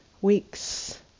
week's